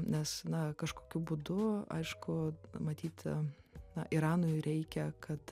nes na kažkokiu būdu aišku matyt na iranui reikia kad